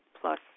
plus